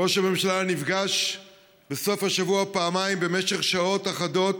ראש הממשלה נפגש בסוף השבוע פעמיים במשך שעות אחדות